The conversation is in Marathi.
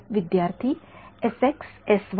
विद्यार्थी एस एक्स एस वाय